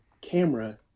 camera